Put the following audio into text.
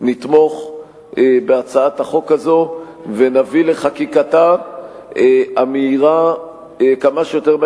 נתמוך בהצעת החוק הזאת ונביא לחקיקתה המהירה כמה שיותר מהר.